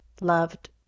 loved